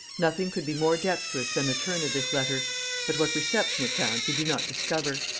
nothing could be more dexterous than the turn of this letter but what reception it found we do not discover.